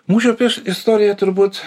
mūšio prieš istorija turbūt